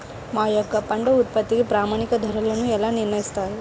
మా యొక్క పంట ఉత్పత్తికి ప్రామాణిక ధరలను ఎలా నిర్ణయిస్తారు?